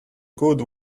good